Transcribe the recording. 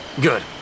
Good